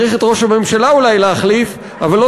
צריך את ראש הממשלה אולי להחליף אבל לא